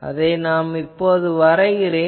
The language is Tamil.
அதை நான் இப்போது வரைகிறேன்